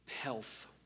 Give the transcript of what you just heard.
health